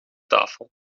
tafel